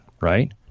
right